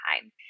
time